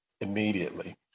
immediately